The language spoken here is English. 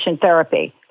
therapy